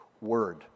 word